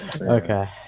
Okay